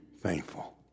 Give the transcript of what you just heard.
thankful